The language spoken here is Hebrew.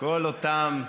כל אותם,